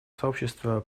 сообщества